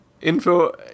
info